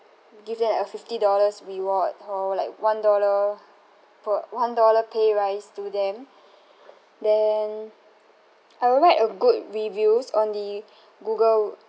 give them a fifty dollars reward or like one dollar per one dollar pay rise to them then I will write a good reviews on the google